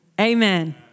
Amen